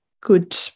good